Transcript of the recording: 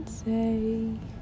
say